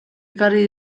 ekarri